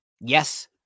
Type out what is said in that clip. Yes